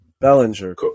Bellinger